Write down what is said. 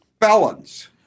felons